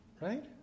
Right